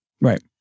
Right